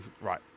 right